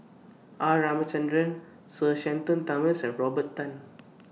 R Ramachandran Sir Shenton Thomas and Robert Tan